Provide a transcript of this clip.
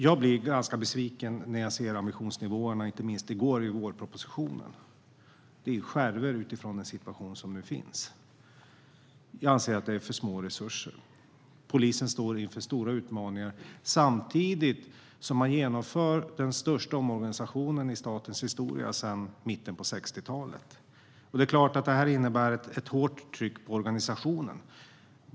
Jag blir ganska besviken när jag ser ambitionsnivåerna, inte minst i gårdagens vårproposition. Det är skärvor i den situation som råder. Jag anser att resurserna är för små. Polisen står inför stora utmaningar samtidigt som man genomför den största omorganisationen i statens historia sedan mitten av 60-talet. Det medför såklart ett hårt tryck på organisationen.